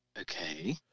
okay